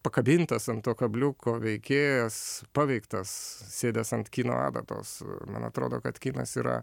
pakabintas an to kabliuko veikėjas paveiktas sėdęs ant kino adatos man atrodo kad kinas yra